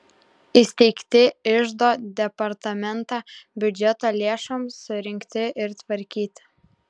įsteigti iždo departamentą biudžeto lėšoms surinkti ir tvarkyti